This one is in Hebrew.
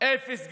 אפס גירעון,